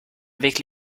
avec